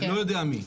לא יודע מי,